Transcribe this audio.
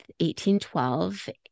1812